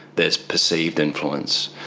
there's perceived influence,